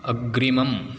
अग्रिमम्